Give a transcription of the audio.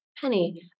penny